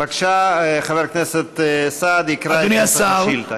בבקשה, חבר הכנסת סעד יקרא את השאילתה.